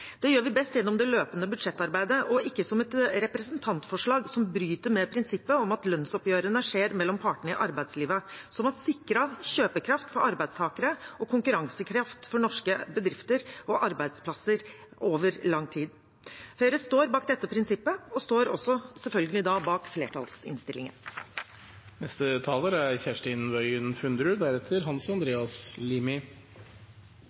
Det gjør vi best gjennom det løpende budsjettarbeidet og ikke som et representantforslag som bryter med prinsippet om at lønnsoppgjørene skjer mellom partene i arbeidslivet, som har sikret kjøpekraft for arbeidstakere og konkurransekraft for norske bedrifter og arbeidsplasser over lang tid. Høyre står bak dette prinsippet og står også selvfølgelig da bak